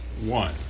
one